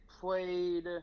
played